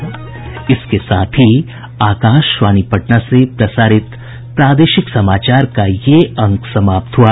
इसके साथ ही आकाशवाणी पटना से प्रसारित प्रादेशिक समाचार का ये अंक समाप्त हुआ